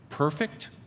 perfect